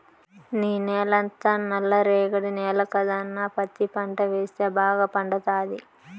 నీ నేలంతా నల్ల రేగడి నేల కదన్నా పత్తి పంట వేస్తే బాగా పండతాది